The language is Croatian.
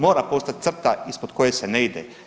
Mora postojat crta ispod koje se ne ide.